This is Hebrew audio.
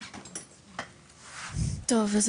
בבקשה.